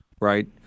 right